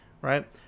right